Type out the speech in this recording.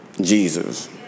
Jesus